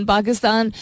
Pakistan